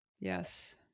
Yes